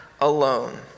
alone